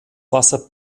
wasser